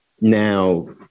now